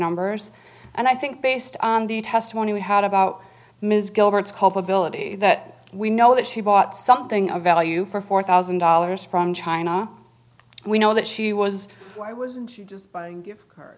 numbers and i think based on the testimony we had about ms gilbert's culpability that we know that she bought something of value for four thousand dollars from china we know that she was why wasn't she just buying give her